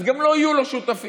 אז גם לא יהיו לו שותפים.